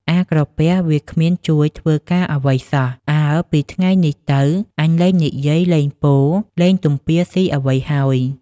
អាក្រពះវាគ្មានជួយ ធ្វើការអ្វីសោះ អើពីថ្ងៃនេះទៅ អញលែងនិយាយលែងពោល លែងទំពាស៊ីអ្វី ហើយ។